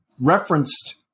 referenced